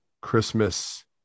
Christmas